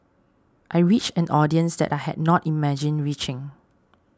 I reached an audience that I had not imagined reaching